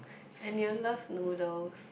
and you'll love noodles